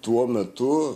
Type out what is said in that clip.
tuo metu